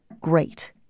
great